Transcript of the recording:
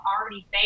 already